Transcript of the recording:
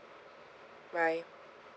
bye